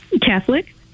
Catholic